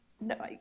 No